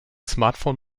smartphone